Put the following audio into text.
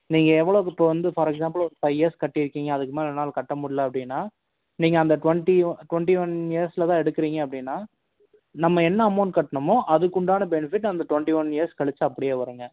நீங்கள் எவ்வளோக்கு இப்போ வந்து ஃபார் எக்ஸாம்புல் ஒரு ஃபைவ் இயர்ஸ் கட்டி இருக்கீங்க அதுக்கு மேலே என்னால் கட்ட முடில அப்படின்னா நீங்கள் அந்த டுவென்ட்டி ஒ டுவென்ட்டி ஒன் இயர்ஸில் தான் எடுக்கறீங்க அப்படின்னா நம்ம என்ன அமௌண்ட் கட்ணமோ அதுக்கு உண்டான பெனிஃபிட் அந்த டுவென்ட்டி ஒன் இயர்ஸ் கழிச்சு அப்படியே வருங்க